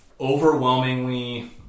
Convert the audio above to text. overwhelmingly